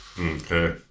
Okay